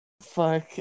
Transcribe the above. Fuck